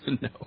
No